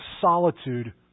solitude